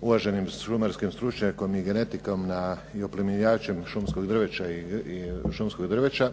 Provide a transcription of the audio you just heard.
uvaženim šumarskim stručnjakom i genetikom i oplemenjivačem šumskog drveća